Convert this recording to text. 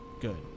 good